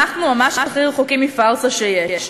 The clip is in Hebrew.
אנחנו ממש הכי רחוקים מפארסה שיש.